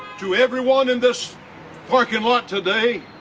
to everyone in this parking lot today